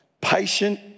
Patient